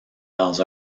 dans